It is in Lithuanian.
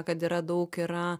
kad yra daug yra